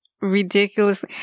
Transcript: ridiculous